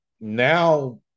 now